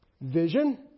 vision